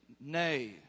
Nay